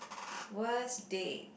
worst date